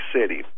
city